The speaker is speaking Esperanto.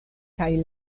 kaj